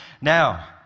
Now